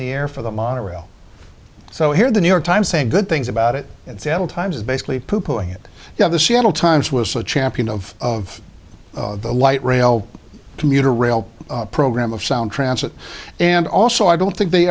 the air for the monorail so here the new york times saying good things about it at seattle times is basically it now the seattle times was a champion of the light rail commuter rail program of sound transit and also i don't think they